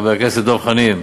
חבר הכנסת דב חנין: